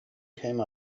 came